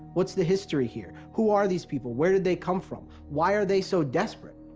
what is the history here, who are these people? where did they come from? why are they so desperate?